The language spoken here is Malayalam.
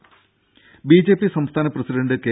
രുഭ ബിജെപി സംസ്ഥാന പ്രസിഡന്റ് കെ